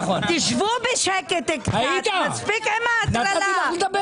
תשבו בשקט קצת, מספיק עם ההטרלה.